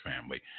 family